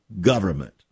government